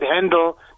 handle